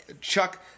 Chuck